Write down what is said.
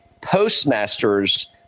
postmasters